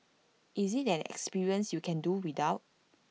is IT an experience you can do without